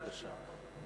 בבקשה.